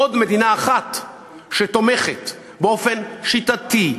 עוד מדינה אחת שתומכת באופן שיטתי,